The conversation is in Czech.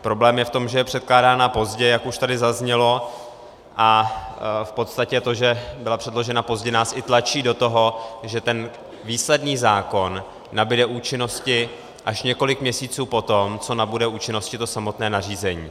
Problém je v tom, že je předkládána pozdě, jak už tady zaznělo, a v podstatě to, že byla předložena pozdě, nás i tlačí do toho, že výsledný zákon nabude účinnosti až několik měsíců poté, co nabude účinnosti samotné nařízení.